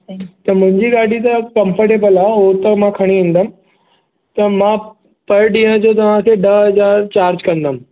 त मुंहिंजी गाॾी त कम्फर्टेबल आहे हूअ त मां खणी ईंदमि त मां पर ॾींहं जो तव्हां खे ॾह हज़ार चार्ज कंदमि